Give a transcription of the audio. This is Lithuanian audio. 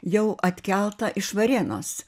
jau atkelta iš varėnos